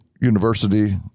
University